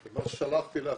מה ששלחתי לך,